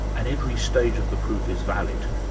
and every stage of the proof is valid,